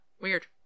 weird